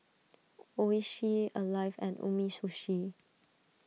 Oishi Alive and Umisushi